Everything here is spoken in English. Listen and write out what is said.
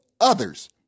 others